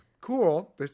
cool